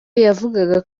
yavugaga